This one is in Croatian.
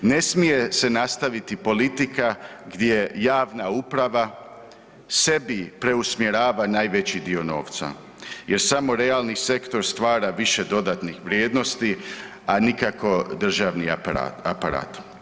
Ne smije se nastaviti politika gdje javna uprava sebi preusmjerava najveći dio novca, jer samo realni sektor stvara više dodatnih vrijednosti, a nikako državni aparat.